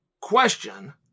question